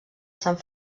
sant